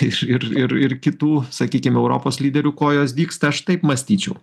ir ir ir ir kitų sakykim europos lyderių kojos dygsta aš taip mąstyčiau